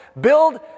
build